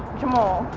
jamal.